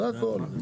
זה הכל.